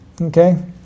okay